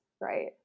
right